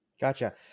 Gotcha